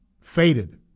faded